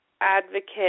advocate